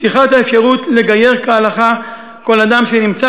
פתיחת האפשרות לגייר כהלכה כל אדם שנמצא